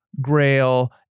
Grail